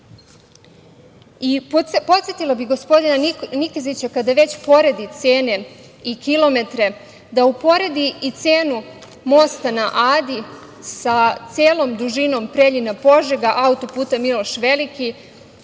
zatvarale. Podsetila bih gospodina Nikezića, kada već poredi cene i kilometre, da uporedi i cenu Mosta na Adi sa celom dužinom Preljina – Požega, autoput Miloš Veliki,